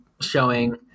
showing